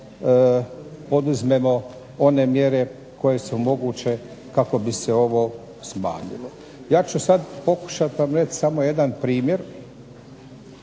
poduzmemo one mjere koje su moguće kako bi se ovo smanjilo. Ja ću sad pokušati vam reći samo jedan primjer.